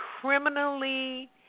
criminally